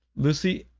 lucy,